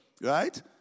right